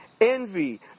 envy